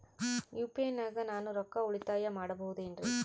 UPI ನಾಗ ನಾನು ರೊಕ್ಕ ಉಳಿತಾಯ ಮಾಡಬಹುದೇನ್ರಿ?